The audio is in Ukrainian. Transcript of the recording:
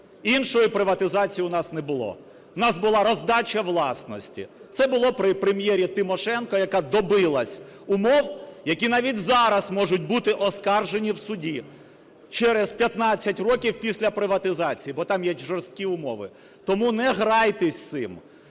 Іншої приватизації у нас не було, у нас була роздача власності. Це було при Прем'єрі Тимошенко, яка добилась умов, які навіть зараз можуть бути оскаржені в суді, через 15 років після приватизації, бо там є жорсткі умови. Тому не грайтесь з цим.